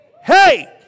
Hey